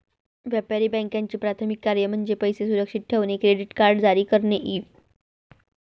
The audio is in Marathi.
व्यापारी बँकांचे प्राथमिक कार्य म्हणजे पैसे सुरक्षित ठेवणे, क्रेडिट कार्ड जारी करणे इ